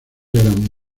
eran